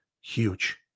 Huge